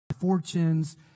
Fortunes